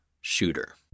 shooter